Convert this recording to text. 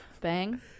Bang